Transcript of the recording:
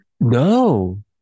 No